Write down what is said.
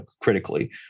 critically